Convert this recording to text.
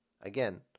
Again